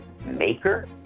maker